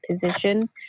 position